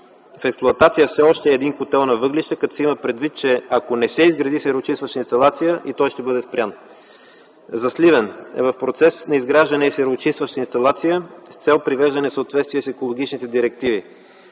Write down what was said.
В експлоатация е все още един котел на въглища, като се има предвид, че ако не се изгради сероочистваща инсталация, и той ще бъде спрян. За „Сливен” е в процес изграждане на сероочистваща инсталация с цел привеждане в съответствие с екологичните директиви.